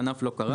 הענף לא קרס.